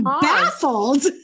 baffled